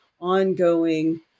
ongoing